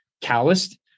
calloused